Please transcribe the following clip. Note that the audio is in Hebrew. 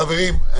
חברים,